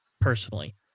personally